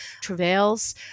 travails